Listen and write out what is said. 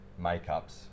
makeups